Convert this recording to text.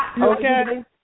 Okay